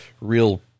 real